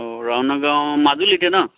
অঁ ৰাওনা গাঁও মাজুলীতে ন